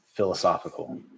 Philosophical